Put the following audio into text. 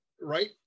right